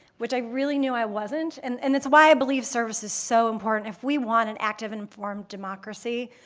which i really knew i wasn't and and that's why i believe service is so important. if we want an active informed democracy,